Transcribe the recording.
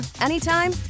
anytime